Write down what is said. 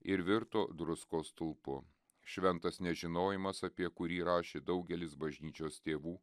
ir virto druskos stulpu šventas nežinojimas apie kurį rašė daugelis bažnyčios tėvų